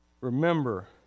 remember